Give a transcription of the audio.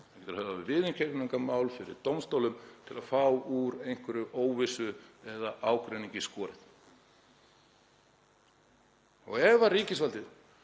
hann getur höfðað viðurkenningarmál fyrir dómstólum til að fá úr einhverri óvissu eða ágreiningi skorið. Ef ríkisvaldið